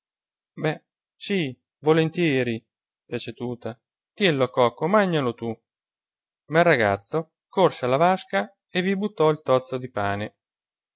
be sì volentieri fece tuta tiello cocco magnalo tu ma il ragazzo corse alla vasca e vi buttò il tozzo di pane